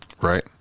right